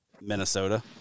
Minnesota